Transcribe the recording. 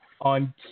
on